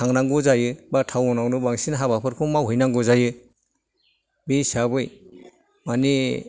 थांनांगौ जायो बा थाउनआवनो बांसिन हाबाफोरखौ मावहैनांगौ जायो बे हिसाबै मानि